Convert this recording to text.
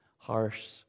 harsh